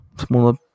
smaller